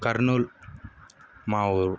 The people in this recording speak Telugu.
కర్నూలు మా ఊరు